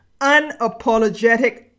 unapologetic